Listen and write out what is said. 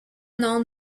known